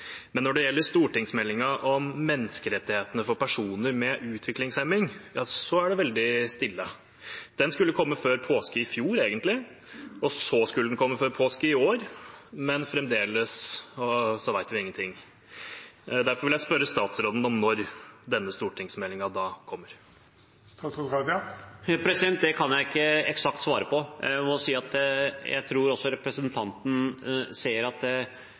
Men når det gjelder stortingsmeldingen om menneskerettighetene for personer med utviklingshemming, er det veldig stille. Den skulle egentlig kommet før påske i fjor, og så skulle den kommet før påske i år, men fremdeles vet vi ingenting. Derfor vil jeg spørre statsråden om når denne stortingsmeldingen kommer. Det kan jeg ikke svare eksakt på. Jeg må si at jeg tror også representanten ser at